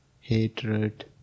hatred